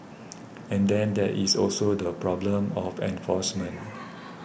and then there is also the problem of enforcement